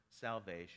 salvation